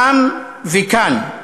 שם וכאן.